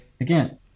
again